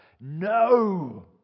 No